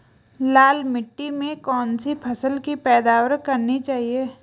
लाल मिट्टी में कौन सी फसल की पैदावार करनी चाहिए?